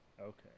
Okay